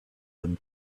them